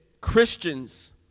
Christians